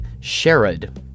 sherrod